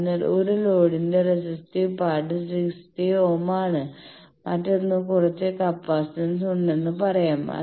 അതിനാൽ ഒരു ലോഡ്ന്റെ റെസിസ്റ്റീവ് പാർട്ട് 60 ഓം ആണ് മറ്റൊന്ന് കുറച്ച് കപ്പാസിറ്റൻസ് ഉണ്ടെന്ന് പറയാം